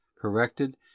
corrected